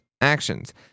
actions